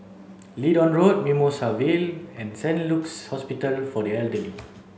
Leedon Road Mimosa Vale and Saint Luke's Hospital for the Elderly